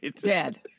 Dead